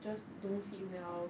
just don't feel well